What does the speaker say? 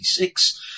1996